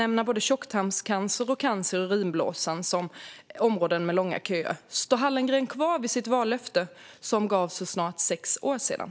Även tjocktarmscancer och cancer i urinblåsan är områden där köerna är långa. Står Hallengren kvar vid sitt vallöfte som gavs för snart sex år sedan?